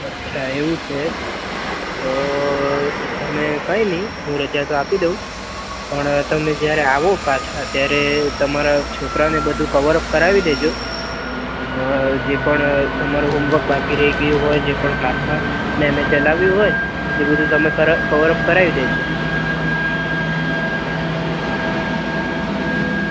અચ્છા એવું છે તો ને કંઈ નહીં હું રજા તો આપી દઉં પણ તમને જ્યારે આવો પાછા ત્યારે તમારા છોકરાંને બધું કવરઅપ કરાવી દેજો જે પણ તમારું હોમવર્ક બાકી રહી ગયું હોય અને જે પણ ક્લાસમાં મેમ એ ચલાવ્યું હોય એ બધું તમે કવરઅપ કરાવી દેજો